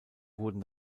wurden